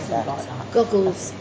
Goggles